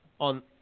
On